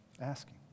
asking